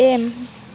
M